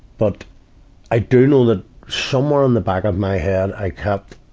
but i do know that somewhere in the back of my head, i kept